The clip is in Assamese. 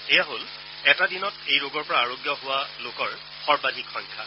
এয়া হ'ল এটা দিনত এই ৰোগৰ পৰা আৰোগ্য হোৱা লোকৰ সৰ্বাধিক সংখ্যা